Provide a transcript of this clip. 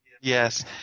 Yes